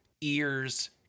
ears